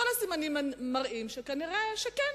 כל הסימנים מראים שנראה שכן,